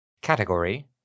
Category